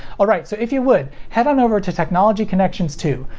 alright, so if you would, head on over to technology connections two,